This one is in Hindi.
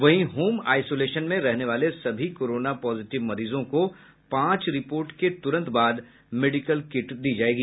वहीं होम आईसोलेशन में रहने वाले सभी कोरोना पॉजिटिव मरीजों को पांच रिपोर्ट के तुरंत बाद मेडिकल किट दी जायेगी